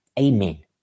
Amen